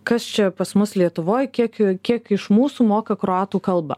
kas čia pas mus lietuvoj kiekiu kiek iš mūsų moka kroatų kalbą